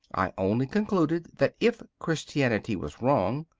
i only concluded that if christianity was wrong,